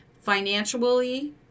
financially